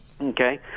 Okay